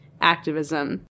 activism